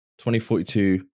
2042